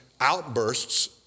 outbursts